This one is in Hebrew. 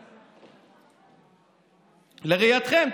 לראייתכם,